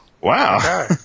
Wow